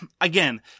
Again